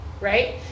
right